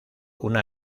una